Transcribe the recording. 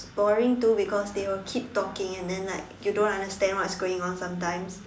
boring too because they will keep talking and then like you don't understand what's going on sometimes